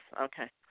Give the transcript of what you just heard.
Okay